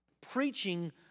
preaching